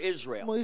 Israel